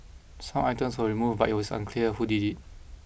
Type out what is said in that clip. some items were removed but it was unclear who did it